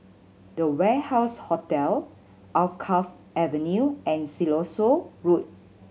The Warehouse Hotel Alkaff Avenue and Siloso Road